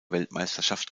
weltmeisterschaft